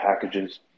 packages